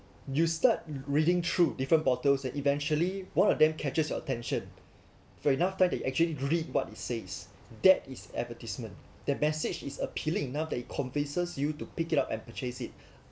you start reading through different bottles and eventually one of them catches your attention for enough time that you actually read what it says that is advertisement the message is appealing enough that you complaisance you to pick it up and purchase it